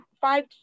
five